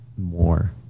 more